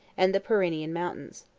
and the pyrenaean mountains.